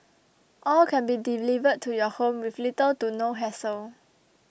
all can be delivered to your home with little to no hassle